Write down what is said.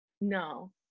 No